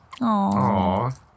Aww